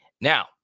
Now